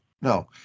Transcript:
No